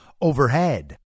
overhead